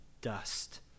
dust